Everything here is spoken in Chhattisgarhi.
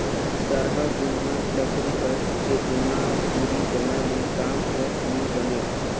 सरहा घुनहा लकरी कर टेकोना धूरी बनाए ले काम हर नी बने